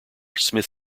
smith